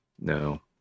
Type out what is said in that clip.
No